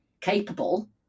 capable